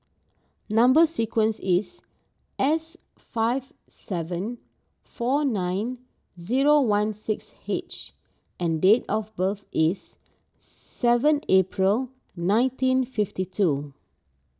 Number Sequence is S five seven four nine zero one six H and date of birth is seven April nineteen fifty two